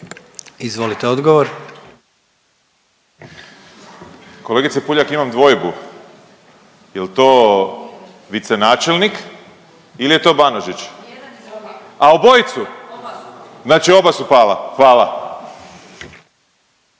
Peđa (SDP)** Kolegice Puljak, imam dvojbu jel to vicenačelnik ili je to Banožić? A obojicu! Znači oba su pala. Hvala!